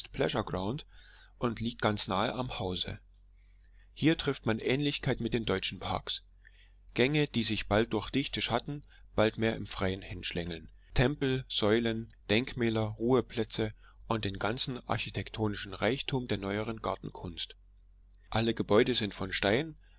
und liegt ganz nahe am hause hier trifft man ähnlichkeit mit den deutschen parks gänge die sich bald durch dichte schatten bald mehr im freien hinschlängeln tempel säulen denkmäler ruheplätze und den ganzen architektonischen reichtum der neueren gartenkunst alle gebäude sind von stein